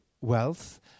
wealth